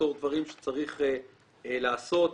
בתור דברים שצריך לעשות.